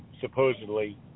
supposedly